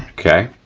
okay,